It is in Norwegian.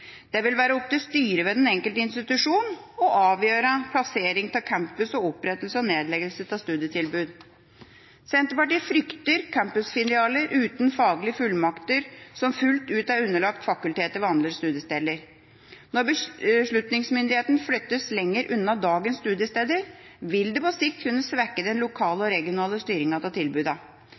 Det vil være opp til styret ved den enkelte institusjon å avgjøre plassering av campus og opprettelse og nedleggelse av studietilbud. Senterpartiet frykter campusfilialer uten faglige fullmakter som fullt ut er underlagt fakulteter ved andre studiesteder. Når beslutningsmyndigheten flyttes lenger unna dagens studiesteder, vil det på sikt kunne svekke den lokale og regionale styringa av